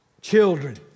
children